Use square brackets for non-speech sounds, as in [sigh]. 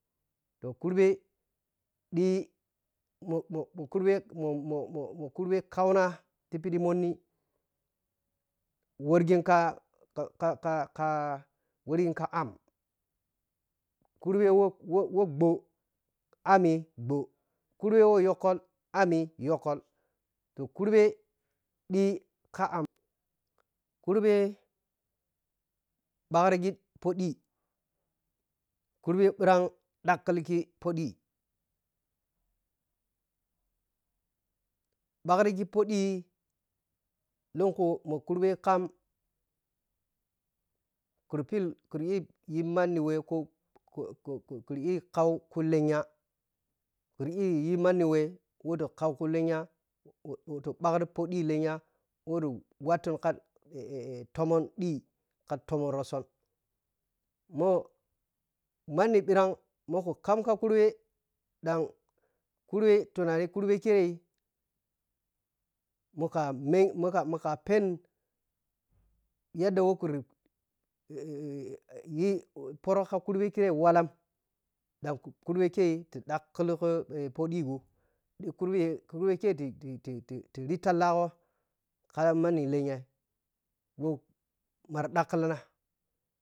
Toh kurɓe ɗi mimo mo kurɓermomo ma kurɓe kauna phiɗi moni worgin ka-ka-ka wɔrgin ka amm kurɓe wɔwo ɓhoo ammi ɓhoo kurɓe wɔ yɔkkɔl ammi yɔkkɔl kurɓe ɗi ka ampa kurɓe ɓakrigin phoɗi kurɓe bhirag ɗakilighi phoɗi bhakrigi phoɗi lunku mo kurɓe kam kiri pil kiri yiyi manni wei kurikuri iyi kauku lenya kuri iya yi manni we takau ku lenya [hesitation] ti ghangiɗi lenya wɛ ku ɗi lenya wɛ ru [hesitation] tohmohn ɗi ka tohmohn rustso mo manni ɓirag mo ka kam ka burɓe tunani kurɓe kirei mo ka mengi moka moka peni yadda woka yi [hesitation] yi phari ka kurɓe kire walla ɗan kurɓe kei ti ɗagkligi [hesitation] pho ɗigho ɗi kurɓe kurɓe kei dai ti tiritalla gho ma manni lenya wo mari ɗakklina.